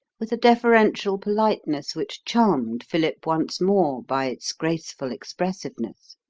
with a deferential politeness which charmed philip once more by its graceful expressiveness.